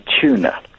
tuna